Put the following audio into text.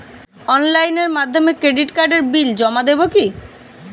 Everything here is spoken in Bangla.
অনলাইনের মাধ্যমে ক্রেডিট কার্ডের বিল জমা দেবো কি?